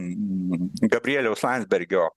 gabrieliaus landsbergio